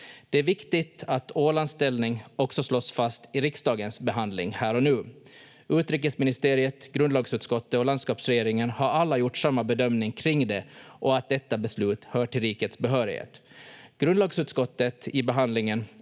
Ålands ställning också slås fast i riksdagens behandling här och nu. Utrikesministeriet, grundlagsutskottet och landskapsregeringen har alla gjort samma bedömning kring det och att detta beslut hör till rikets behörighet. Grundlagsutskottet fäster ändå i behandlingen